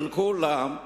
של כולם,